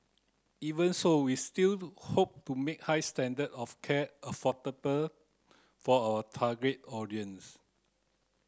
even so we still hope to make high standard of care affordable for our target audience